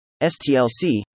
STLC